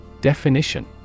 Definition